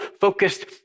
focused